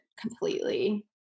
completely